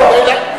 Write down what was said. צריך חוקה.